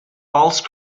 false